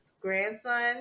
grandson